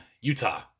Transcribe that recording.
Utah